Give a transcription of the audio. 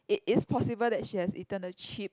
it is possible that she has eaten the chip